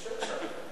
שתישאר שם.